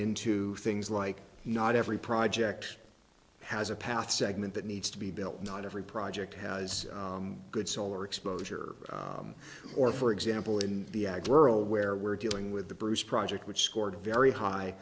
into things like not every project has a path segment that needs to be built not every project has good solar exposure or for example in the ag wers where we're dealing with the bruce project which scored very high